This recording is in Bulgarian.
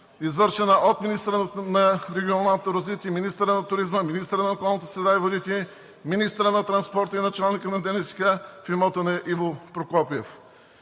извършена от министъра на регионалното развитие и министъра на туризма, министъра на околната среда и водите, министъра на транспорта и началника на ДНСК в имота на Иво Прокопиев?